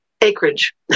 acreage